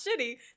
shitty